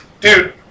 dude